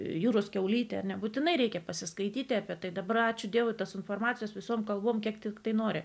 jūros kiaulytę nebūtinai reikia pasiskaityti apie tai dabar ačiū dievui tas informacijos visom kalbom kiek tiktai nori